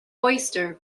oyster